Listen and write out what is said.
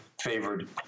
favored